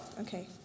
Okay